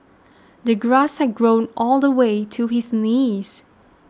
the grass had grown all the way to his knees